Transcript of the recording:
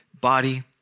body